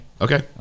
Okay